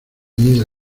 mide